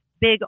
Big